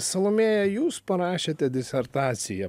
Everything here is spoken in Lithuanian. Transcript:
salomėja jūs parašėte disertaciją